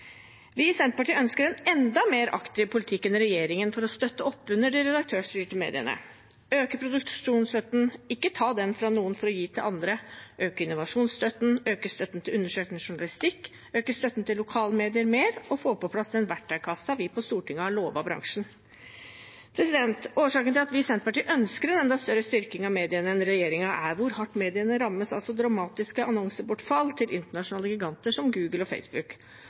Vi i Senterpartiet ønsker en enda mer aktiv politikk enn regjeringen for å støtte opp under de redaktørstyrte mediene. Vi ønsker å øke produksjonsstøtten – ikke ta den fra noen for å gi til andre – øke innovasjonsstøtten, øke støtten til undersøkende journalistikk, øke støtten til lokalmedier mer og få på plass den verktøykassa vi på Stortinget har lovet bransjen. Årsaken til at vi i Senterpartiet ønsker en enda større styrking av mediene enn regjeringen, er hvor hardt mediene rammes av dramatiske annonsebortfall til internasjonale giganter som Google og Facebook.